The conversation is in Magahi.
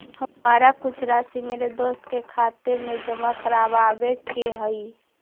हमारा कुछ राशि मेरे दोस्त के खाते में जमा करावावे के हई